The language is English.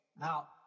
Now